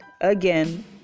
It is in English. again